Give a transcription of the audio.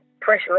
pressure